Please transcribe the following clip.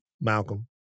Malcolm